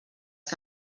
que